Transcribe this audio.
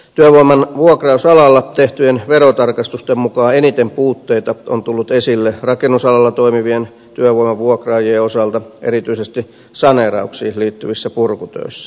työvoiman vuokrausalalla tehtyjen verotarkastusten mukaan eniten puutteita on tullut esille rakennusalalla toimivien työvoiman vuokraajien osalta erityisesti saneerauksiin liittyvissä purkutöissä